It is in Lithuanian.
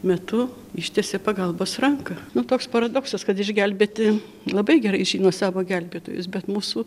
metu ištiesė pagalbos ranką nu toks paradoksas kad išgelbėti labai gerai žino savo gelbėtojus bet mūsų